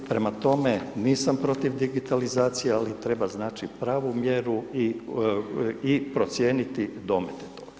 Prema tome, nisam protiv digitalizacije, ali treba znači, pravu mjeru i procijeniti domet.